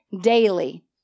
daily